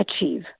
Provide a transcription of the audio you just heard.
achieve